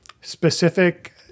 specific